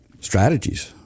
strategies